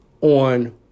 on